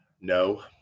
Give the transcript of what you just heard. No